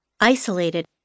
Isolated